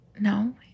no